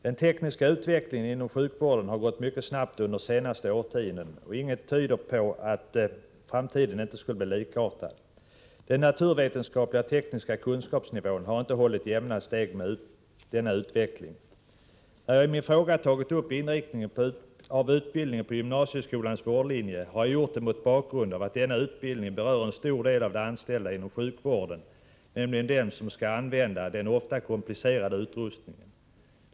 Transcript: Den tekniska utvecklingen inom sjukvården har gått mycket snabbt under de senaste årtiondena, och ingenting tyder på att framtiden inte skulle bli likartad. Den naturvetenskapliga och tekniska kunskapsnivån har inte hållit jämna steg med denna utveckling. När jag i min fråga tagit upp inriktningen av utbildningen på gymnasieskolans vårdlinje har jag gjort det mot bakgrund av att denna utbildning berör en stor del av de anställda inom sjukvården, nämligen dem som skall använda den ofta komplicerade utrustningen.